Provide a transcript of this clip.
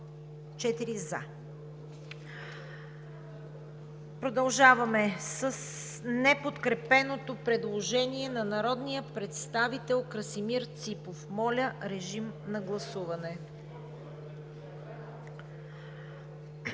ПГ – 4 за. Продължаваме с неподкрепеното предложение на народния представител Красимир Ципов. Моля, режим на гласуване.